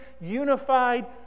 unified